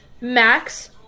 Max